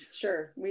Sure